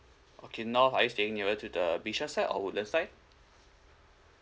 okay north are you staying nearer to bishan side or woodlands side